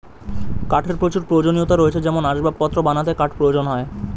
কাঠের প্রচুর প্রয়োজনীয়তা রয়েছে যেমন আসবাবপত্র বানাতে কাঠ প্রয়োজন হয়